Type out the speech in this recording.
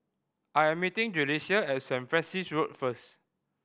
I am meeting Julissa at Saint Francis Road first